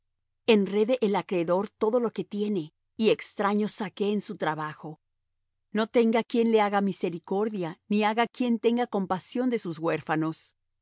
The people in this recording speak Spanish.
enrede el acreedor todo lo que tiene y extraños saqueen su trabajo no tenga quien le haga misericordia ni haya quien tenga compasión de sus huérfanos